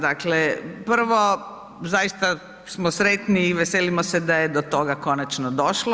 Dakle, prvo zaista smo sretni i veselimo se da je do toga konačno došlo.